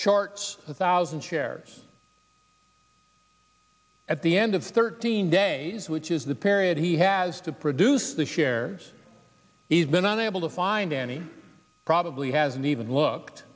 shorts a thousand shares at the end of thirteen days which is the period he has to produce the shares he's been unable to find any probably hasn't even looked